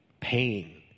pain